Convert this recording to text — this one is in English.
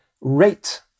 rate